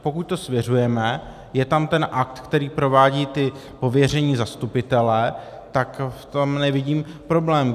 Pokud to svěřujeme, je tam ten akt, který provádějí ti pověření zastupitelé, tak v tom nevidím problém.